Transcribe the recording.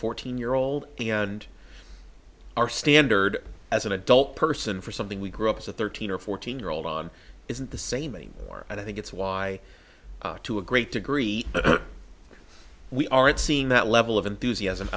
fourteen year old and our standard as an adult person for something we grew up with thirteen or fourteen year old on isn't the same anymore and i think it's why to a great degree we aren't seeing that level of enthusiasm